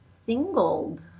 singled